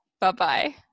Bye-bye